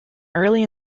early